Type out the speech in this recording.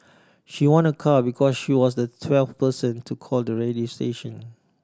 she won a car because she was the twelfth person to call the radio station